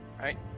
right